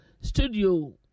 studio